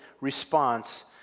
response